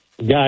guys